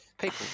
people